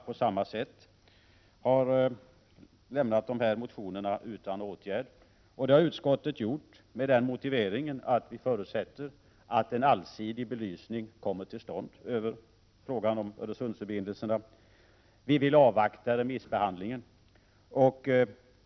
Utskottet föreslår att dessa motioner lämnas utan åtgärd, med den motiveringen att vi förutsätter att en allsidig belysning av frågan om Öresundsförbindelserna kommer till stånd. Vi vill avvakta remissbehandlingen.